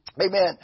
Amen